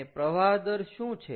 અને પ્રવાહ દર શું છે